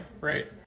right